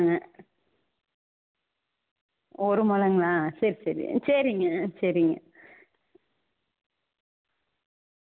என்னென்ன பண்ணனும் டீட்டைல் சொல்லுங்கள் மேம் அதுபடி நம்ப பண்ணலாம் இப்போ உங்களுக்கு அப்பாய்ன்மெண்ட் போட்றவா இல்லை லேட்டாக வரிங்களா நீங்கள்